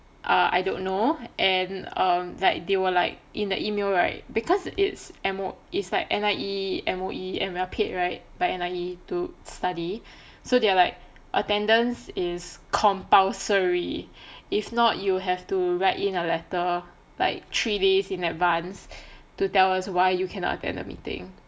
ah I don't know and um like they were like in the email right because it's M_O~ is like N_I_E M_O_E and we're paid right by N_I_E to study so they are like attendance is compulsory if not you have to write in a letter like three days in advance to tell us why you cannot attend the meeting